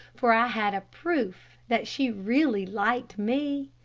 for i had a proof that she really liked me.